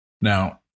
Now